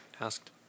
Asked